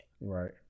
Right